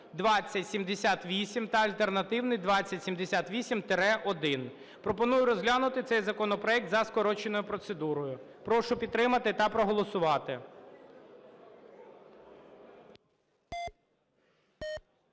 Прошу підтримати та проголосувати.